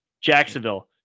Jacksonville